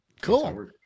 Cool